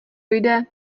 jde